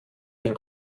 den